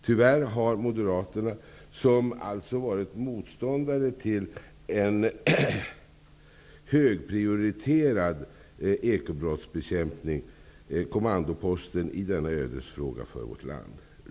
Tyvärr har Moderaterna, som alltså varit motståndare till en högprioriterad ekobrottsbekämpning, kommandoposten i denna ödesfråga för vårt land.